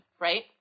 right